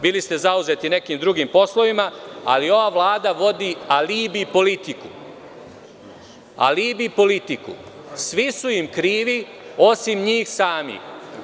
Bili ste zauzeti nekim drugim poslovima, ali ova vlada vodi alibi politiku - svi su im krivi, osim njih samih.